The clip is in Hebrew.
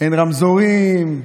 אין רמזורים.